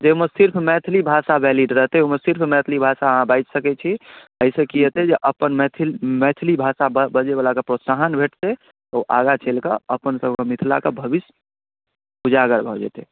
जाहिमे सिर्फ मैथिली भाषा वैलिड रहतै ओहिमे सिर्फ मैथिली भाषा अहाँ बाजि सकै छी एहिसँ की हेतै जे अपन मैथिल मैथिली भाषा ब बजैवलाके प्रोत्साहन भेटतै ओ आगाँ चलि कऽ अपन सभक मिथिलाके भविष्य उजागर भऽ जेतै